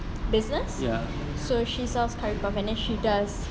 business so she sells curry puffs and then she does